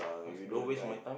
must be a guy